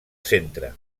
centre